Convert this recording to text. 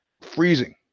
freezing